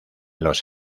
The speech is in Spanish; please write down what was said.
los